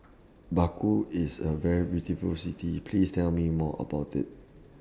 Baku IS A very beautiful City Please Tell Me More about IT